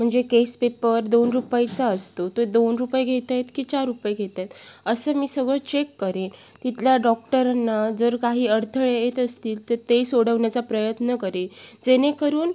म्हणजे केसपेपर दोन रुपयाचा असतो तो दोन रुपये घेत आहेत की चार रुपये घेत आहेत असं मी सगळं चेक करेन तिथल्या डॉक्टरांना जर काही अडथळे येत असतील तर ते सोडवण्याचा प्रयत्न करेन जेणेकरून